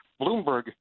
Bloomberg